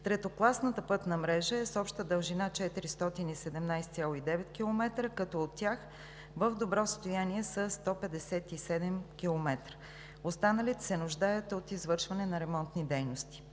Третокласната пътна мрежа е с обща дължина 417,9 км, като от тях в добро състояние са 157 км, останалите се нуждаят от извършване на ремонтни дейности.